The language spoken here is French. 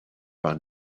par